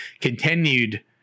continued